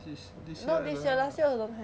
this year of them have hair